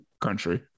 country